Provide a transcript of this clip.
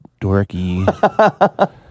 dorky